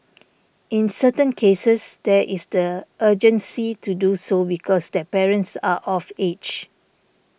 in certain cases there is the urgency to do so because their parents are of age